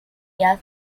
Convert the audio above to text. areas